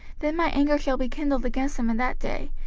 then my anger shall be kindled against them in that day,